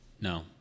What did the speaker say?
No